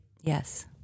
Yes